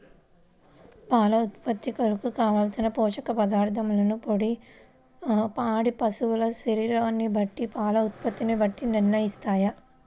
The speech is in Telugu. పాల ఉత్పత్తి కొరకు, కావలసిన పోషక పదార్ధములను పాడి పశువు శరీర బరువును బట్టి పాల ఉత్పత్తిని బట్టి నిర్ణయిస్తారా?